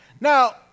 Now